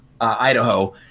Idaho